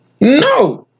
No